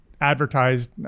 advertised